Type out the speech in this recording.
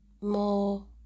more